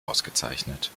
ausgezeichnet